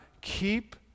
keep